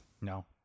No